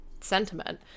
sentiment